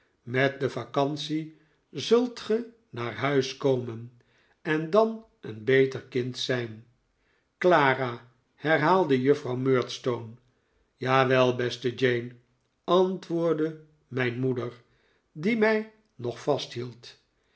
met de vacantie zult ge naar huis komen en dan een beter kind zijn clara herhaalde juffrouw murdstone jawel beste jane antwoordde mijrt moeder die mij nog vasthield